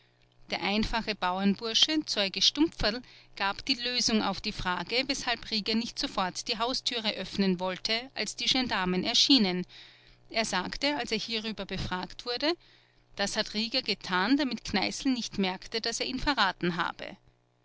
der einfache bauernbursche zeuge stumpferl gab die lösung auf die frage weshalb rieger nicht sofort die haustüre öffnen wollte als die gendarmen erschienen er sagte als er hierüber befragt wurde das hat rieger getan damit kneißl nicht merkte daß er ihn verraten habe